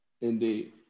Indeed